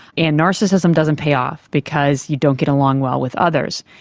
and narcissism doesn't pay off because you don't get along well with others.